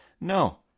No